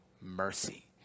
mercy